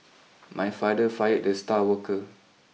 my father fired the star worker